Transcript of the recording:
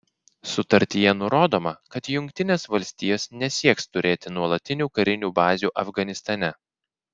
sutartyje nurodoma kad jungtinės valstijos nesieks turėti nuolatinių karinių bazių afganistane